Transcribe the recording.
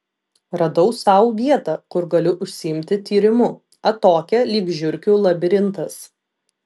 radau sau vietą kur galiu užsiimti tyrimu atokią lyg žiurkių labirintas